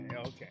okay